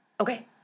Okay